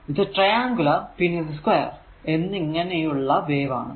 ഇത് ട്രയൻകുലാർ പിന്നെ സ്കയർ എന്നിങ്ങനെ ഉള്ള വേവ് ആണ്